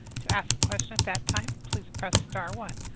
to ask a question at that time, please press star one,